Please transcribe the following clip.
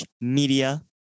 Media